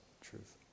truth